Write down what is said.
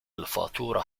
الفاتورة